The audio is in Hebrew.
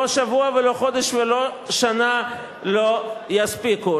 לא שבוע ולא חודש ולא שנה לא יספיקו.